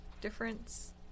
difference